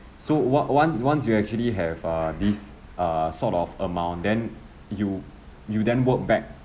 so what one once you actually have uh this err sort of amount then you you then work back